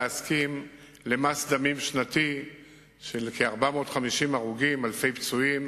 להסכים למס דמים שנתי של כ-450 הרוגים ואלפי פצועים